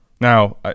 now